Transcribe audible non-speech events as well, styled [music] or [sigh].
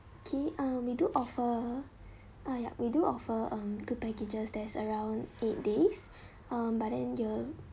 K um we do offer ah yup we do offer um two packages there's around eight days [breath] um but then your